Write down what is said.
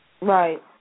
Right